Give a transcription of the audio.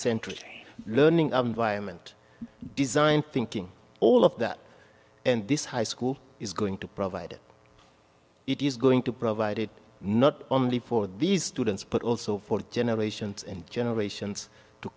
century learning i'm vironment design thinking all of that and this high school is going to provide it is going to provide it not only for these students but also for generations and generations to